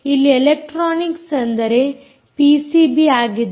ಇಲ್ಲಿ ಎಲೆಕ್ಟ್ರಾನಿಕ್ಸ್ ಅಂದರೆ ಪಿಸಿಬಿ ಆಗಿದೆ